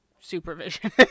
supervision